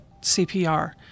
CPR